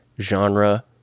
genre